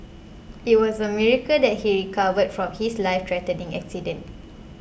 it was a miracle that he recovered from his lifethreatening accident